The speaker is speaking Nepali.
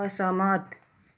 असहमत